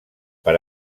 per